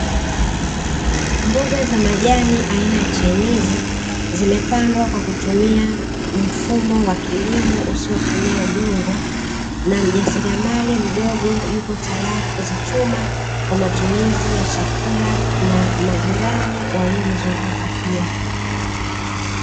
Mboga za majani aina ya chainizi zimepandwa kwa kutumia mfumo wa kilimo usiotumia udongo, na mjasiriamali mdogo yupo tayari kuzichuma kwa matumizi ya chakula na majirani waliomzunguka pia.